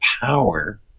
power